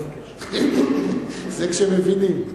זה כשמבינים.